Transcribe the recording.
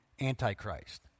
Antichrist